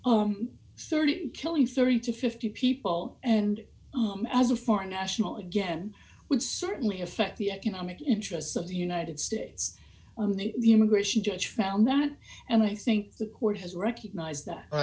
killing thirty to fifty people and as a foreign national again would certainly affect the economic interests of the united states on the immigration judge found that and i think the court has recognized that i